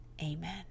Amen